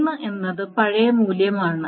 3 എന്നത് പഴയ മൂല്യമാണ്